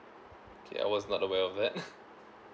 okay I was not aware of that